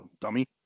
dummy